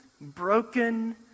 broken